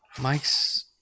Mike's